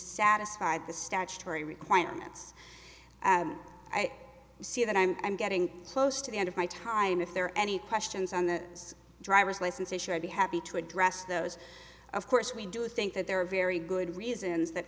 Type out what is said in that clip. satisfied the statutory requirements i see that i'm i'm getting close to the end of my time if there are any questions on the driver's license issue i'd be happy to address those of course we do think that there are very good reasons that